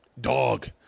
Dog